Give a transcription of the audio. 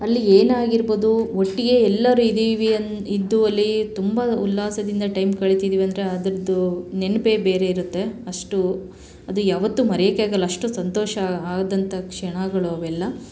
ಅಲ್ಲಿ ಏನಾಗಿರ್ಬೋದು ಒಟ್ಟಿಗೆ ಎಲ್ಲರೂ ಇದ್ದೀವಿ ಅನ್ ಇದ್ದು ಅಲ್ಲಿ ತುಂಬ ಉಲ್ಲಾಸದಿಂದ ಟೈಮ್ ಕಳೀತಿದೀವಿ ಅಂದರೆ ಅದ್ದ್ರದ್ದು ನೆನಪೇ ಬೇರೆ ಇರುತ್ತೆ ಅಷ್ಟು ಅದು ಯಾವತ್ತೂ ಮರೆಯಕ್ಕೇ ಆಗೋಲ್ಲ ಅಷ್ಟು ಸಂತೋಷ ಆದಂಥ ಕ್ಷಣಗಳು ಅವೆಲ್ಲ